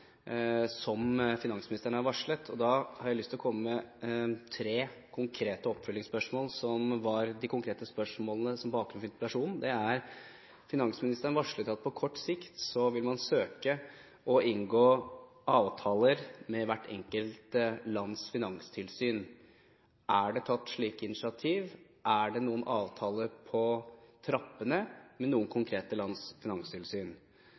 som finansministeren har varslet. Da har jeg lyst til å komme med to konkrete oppfølgingsspørsmål, som var de konkrete spørsmålene som var bakgrunnen for interpellasjonen. Det er: Finansministeren varslet at på kort sikt vil man søke å inngå avtaler med hvert enkelt lands finanstilsyn. Er det tatt slike initiativ, og er det noen avtale på trappene med noen konkrete lands finanstilsyn?